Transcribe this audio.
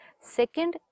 Second